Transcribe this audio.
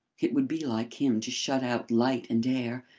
it would be like him to shut out light and air.